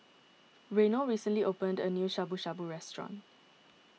Reynold recently opened a new Shabu Shabu restaurant